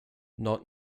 nord